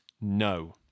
No